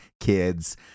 kids